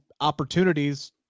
opportunities